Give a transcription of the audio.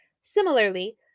Similarly